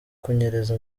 kunyereza